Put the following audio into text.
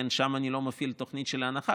ושם אני לא מפעיל תוכנית של הנחה,